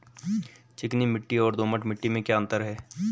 चिकनी मिट्टी और दोमट मिट्टी में क्या क्या अंतर है?